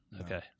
Okay